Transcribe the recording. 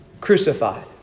crucified